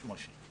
יש.